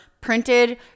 printed